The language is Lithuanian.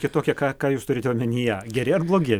kitokia ką ką jūs turite omenyje geri ar blogi